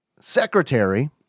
Secretary